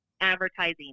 advertising